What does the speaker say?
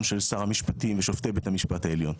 של שר המשפטים ושופטי בית המשפט העליון.